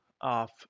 off